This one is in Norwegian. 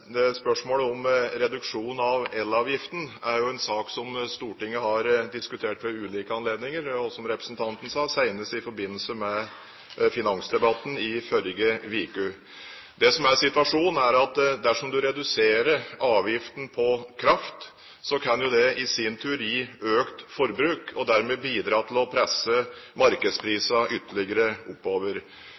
en sak som Stortinget har diskutert ved ulike anledninger, som representanten sa, senest i forbindelse med finansdebatten i forrige uke. Situasjonen er at dersom man reduserer avgiften på kraft, kan det i sin tur gi økt forbruk og dermed bidra til å presse markedsprisen ytterligere oppover.